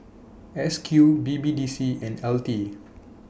S Q B B D C and L T